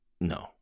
No